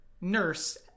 nurse